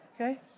Okay